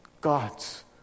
God's